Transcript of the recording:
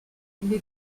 les